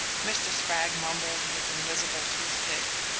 mr. spragg mumbled his invisible toothpick.